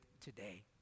today